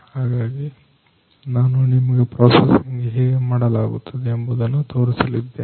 ಹಾಗಾಗಿ ನಾನು ನಿಮಗೆ ಪ್ರೋಸಸಿಂಗ್ ಹೇಗೆ ಮಾಡಲಾಗುತ್ತದೆ ಎಂಬುದನ್ನು ತೋರಿಸಲಿದ್ದೇನೆ